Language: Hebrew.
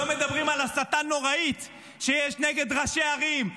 לא מדברים על הסתה נוראית שיש נגד ראשי ערים,